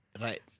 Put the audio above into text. Right